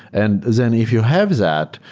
and then if you have that,